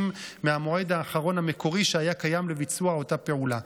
מהמועד האחרון המקורי שהיה קיים לביצוע אותה פעולה.